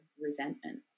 resentment